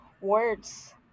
words